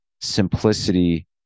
simplicity